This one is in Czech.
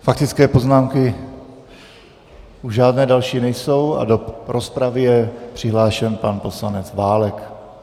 Faktické poznámky žádné další nejsou a do rozpravy je přihlášen pan poslanec Válek.